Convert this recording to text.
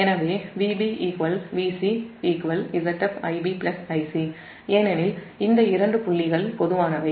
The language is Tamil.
எனவே Vb Vc Zf Ib Ic ஏனெனில் இந்த இரண்டு புள்ளிகள் பொதுவானவை